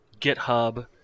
GitHub